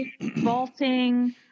vaulting